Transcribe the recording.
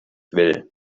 will